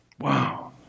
Wow